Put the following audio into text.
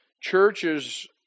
churches